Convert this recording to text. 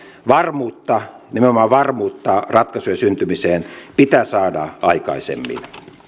varmuutta nimenomaan varmuutta ratkaisujen syntymiseen pitää saada aikaisemmin